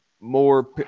more